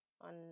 on